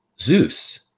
Zeus